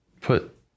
put